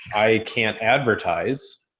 i can't advertise.